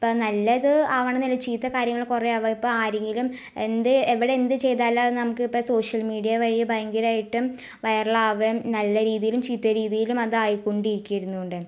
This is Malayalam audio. ഇപ്പം നല്ലത് ആവണം എന്നില്ല ചീത്ത കാര്യങ്ങൾ കുറേ ആവാം ഇപ്പം ആരെങ്കിലും എന്ത് എവിടെ എന്ത് ചെയ്താലും അത് നമുക്ക് ഇപ്പം സോഷ്യൽ മീഡിയ വഴി ഭയങ്കരമായിട്ടും വൈറൽ ആവുകയും നല്ല രീതിയിലും ചീത്ത രീതിയിലും ആതായി കൊണ്ടിരിക്കും ഇരുന്ന് കൊണ്ട്